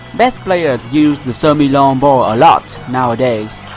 best players use the semi-long ball a lot nowadays.